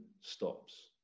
stops